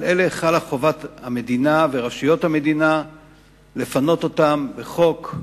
על אלה חלה חובת המדינה ורשויות המדינה לפנות אותם בחוק.